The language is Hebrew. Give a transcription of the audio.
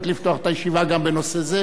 האם אדוני מבקש שנצביע,